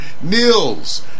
Nils